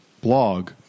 blog